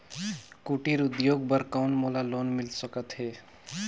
कुटीर उद्योग बर कौन मोला लोन मिल सकत हे?